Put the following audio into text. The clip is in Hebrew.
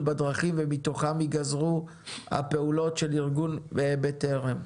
בדרכים ומתוכם ייגזרו הפעולות של ארגון בטרם.